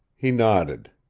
he nodded.